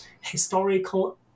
historical